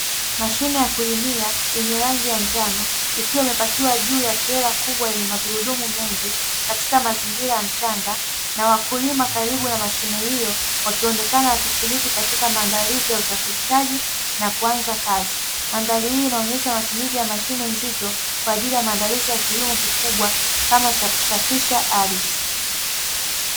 Mashine ya kulimia yenye rangi ya njano ikiwa imepakiwa juu ya trela kubwa lenye magurudumu mengi, katika mazingira ya mchanga na wakulima karibu na mashine hiyo wakionekana wakishiriki katika maandalizi ya usafirishaji na kuanza kazi. Mandhari hii inaonyesha matumizi ya mashine nzito kwa ajili ya maandalizi ya kilimo kikubwa kama cha kusafisha ardhi.